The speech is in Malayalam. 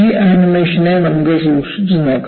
ഈ ആനിമേഷനെ നമുക്ക് സൂക്ഷിച്ചു നോക്കാം